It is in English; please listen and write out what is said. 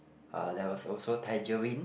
uh there was also tangerine